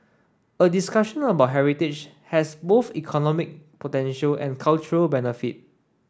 a discussion about heritage has both economic potential and cultural benefit